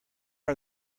are